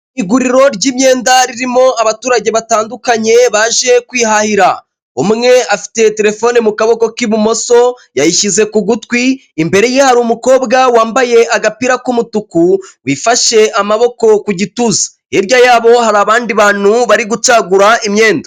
Iguriro ry'imyenda ririmo abaturage batandukanye baje kwihahira, umwe afitiye telefone mu kaboko k'ibumoso yayishyize ku gutwi imbere ye hari umukobwa wambaye agapira k'umutuku bifashe amaboko ku gituza hirya hari abandi bantu bari gucagura imyenda.